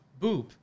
boop